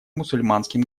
мусульманским